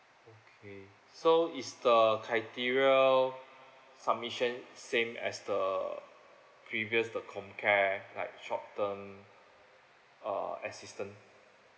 okay so is the criteria submission same as the previous the comcare like short term uh assistance